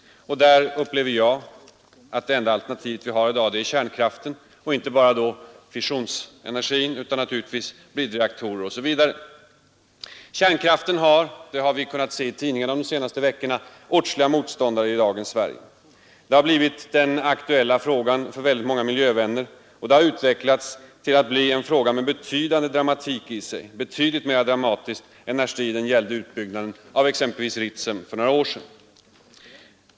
Där upplever jag att det enda alternativ vi har i dag är kärnkraften, och då inte bara fissionsenergin utan naturligtvis också bridreaktorer osv. Kärnkraften har många motståndare i dagens Sverige. Det har vi kunnat se i tidningarna de senaste veckorna. Det har blivit den aktuella frågan för många av våra miljövänner. Och det har utvecklats till att bli en fråga med betydande dramatik — åtskilligt mera av dramatik än när striden gällde utbyggnaden av exempelvis Ritsem för några år sedan.